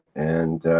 and.